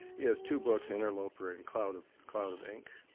he has two books, interloper and cloud of cloud of ink,